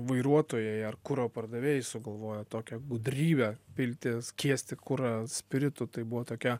vairuotojai ar kuro pardavėjai sugalvojo tokią gudrybę pilti skiesti kurą spiritu tai buvo tokia